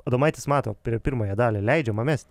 adomaitis mato prie pirmąją dalį leidžiama mest